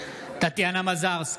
טטיאנה מזרסקי,